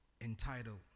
entitled